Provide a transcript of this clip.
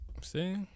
See